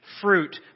fruit